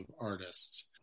artists